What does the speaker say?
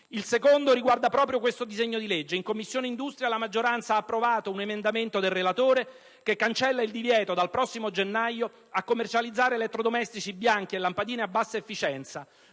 il secondo riguarda proprio questo disegno di legge: in Commissione industria la maggioranza ha approvato un emendamento del relatore, che cancella il divieto di commercializzare dal prossimo gennaio elettrodomestici bianchi e lampadine a bassa efficienza,